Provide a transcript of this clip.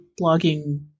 blogging